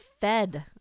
fed